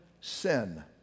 sin